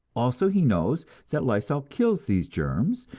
also he knows that lysol kills these germs,